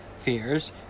Fears